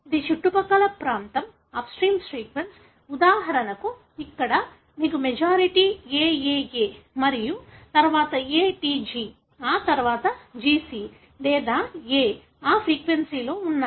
కానీ ఇది చుట్టుపక్కల ప్రాంతం అప్స్ట్రీమ్ సీక్వెన్స్ ఉదాహరణ కు ఇక్కడ మీకు మెజారిటీ AAA మరియు తరువాత ATG ఆ తర్వాత GC లేదా A ఆ ఫ్రీక్వెన్సీలో ఉన్నాయి